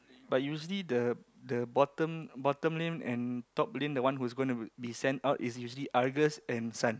but usually the the bottom bottom lane and top lane the one who is going to be send out is usually Argus and Sun